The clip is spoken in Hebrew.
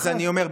אז אני אומר,